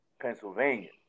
Pennsylvania